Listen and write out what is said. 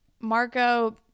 Marco